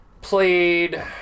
played